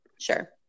Sure